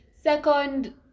second